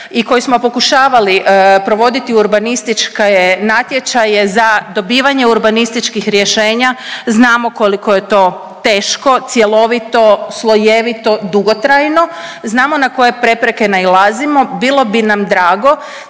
i koji smo pokušavali provoditi urbanističke natječaje za dobivanje urbanističkih rješenja znamo koliko je to teško, cjelovito, slojevito, dugotrajno, znamo na koje prepreke nailazimo. Bilo bi nam drago